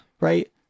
Right